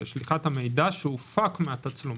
זה שליחת המידע שהופק מהתצלום.